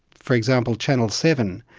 for example, channel seven,